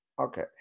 Okay